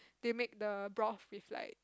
they make the broth with like